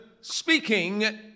speaking